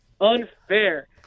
unfair